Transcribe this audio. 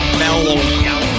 mellow